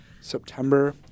September